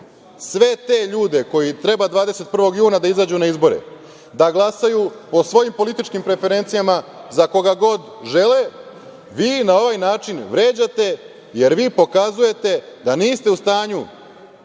te ljude, koji treba 21. juna da izađu na izbore, da glasaju o svojim političkim preferencijama, za koga god žele, vi na ovaj način vređate, jer vi pokazujete da niste u stanju